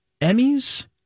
Emmys